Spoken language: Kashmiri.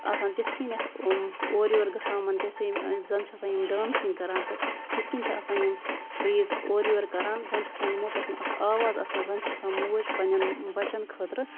آسان تِتھۍ کَنیتھ اورٕ یور گژھان وۄنۍ چھِ اسہِ یم زَن چھِ آسان یِم ڈانسِنگ کران تہٕ تِتھ کٔنۍ چھِ آسان یِم ٹریٖز اورٕ یور کران زَن چھِ آسان یِمَو پٮ۪ٹھ اکھ آواز آسان زَن چھِ آسان موج پَنٕنٮ۪ن بَچن خٲطرٕ